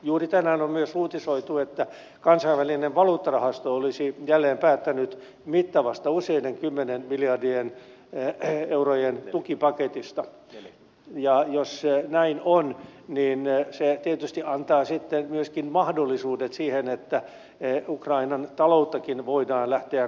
juuri tänään on myös uutisoitu että kansainvälinen valuuttarahasto olisi jälleen päättänyt mittavasta useiden kymmenien miljardien eurojen tukipaketista ja jos näin on se tietysti antaa sitten myöskin mahdollisuudet siihen että ukrainan talouttakin voidaan lähteä kunnostamaan